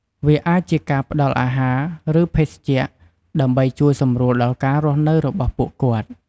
វាអាចជាការផ្ដល់អាហារ ឬ ភេសជ្ជៈ ដើម្បីជួយសម្រួលដល់ការរស់នៅរបស់ពួកគាត់។